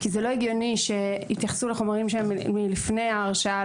כי זה לא הגיוני שיתייחסו לחומרים שהם מלפני ההרשעה,